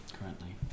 currently